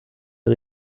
der